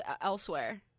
elsewhere